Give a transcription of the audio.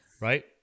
right